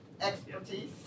expertise